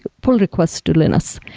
poll request to linux.